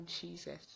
Jesus